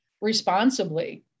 responsibly